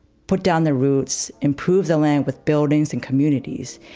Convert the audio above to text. put down their roots, improve the land with buildings and communities,